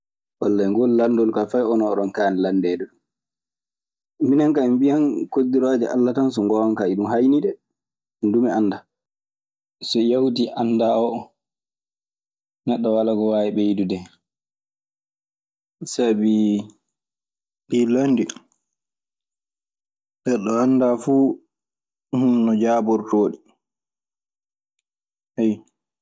Wallay ngol landol kaa fay onon oɗon kaani landeede ɗun. Minen kaa min mbiyan koddirooje Alla tan. So ngoonga kaa e ɗun hayinii dee, min duu min anndaa. So yawtii anndaa oo neɗɗo walaa ko waawi ɓeydude hen. Sabii ɗii landi neɗɗo anndaa fuu hono jaabortoo ɗi, ayyo.